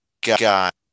got